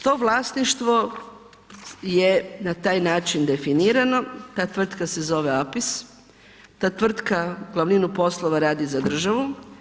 To vlasništvo je na taj način definirano, ta tvrtka se zove Apis, ta tvrtka glavninu poslova radi za državu.